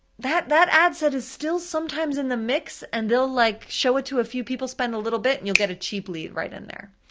that that ad set is still sometimes in the mix and they'll like show it to a few people, spend a little bit, and you'll get a cheap lead right in there.